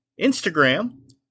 Instagram